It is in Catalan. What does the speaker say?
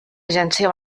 agència